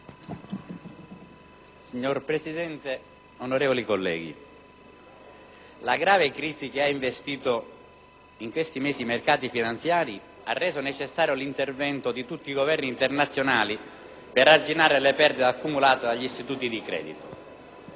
Signor Presidente, onorevoli colleghi, la grave crisi che ha investito in questi ultimi mesi i mercati finanziari ha reso necessario l'intervento di tutti i Governi internazionali per arginare le perdite accumulate dagli istituti di credito.